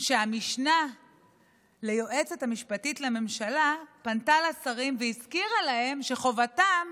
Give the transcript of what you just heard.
שהמשנה ליועצת המשפטית לממשלה פנתה לשרים והזכירה להם שחובתם